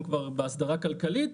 הם כבר בהסדרה כלכלית,